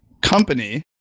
Company